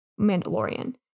Mandalorian